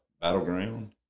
Battleground